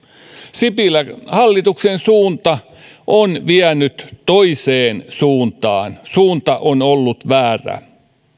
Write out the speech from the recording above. sipilän hallituksen suunta on vienyt toiseen suuntaan suunta on ollut väärä